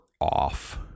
off